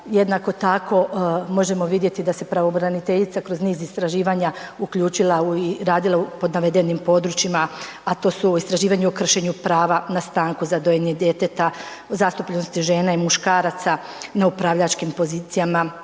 Jednako tako možemo vidjeti da se pravobraniteljica kroz niz istraživanja uključila i radila pod navedenim područjima, a to su istraživanja o kršenju prava na stanku za dojenje djeteta, zastupljenost žena i muškaraca na upravljačkim pozicijama,